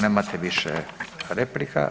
Nemate više replika.